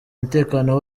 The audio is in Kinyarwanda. umutekano